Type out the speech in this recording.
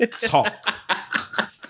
talk